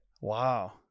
Wow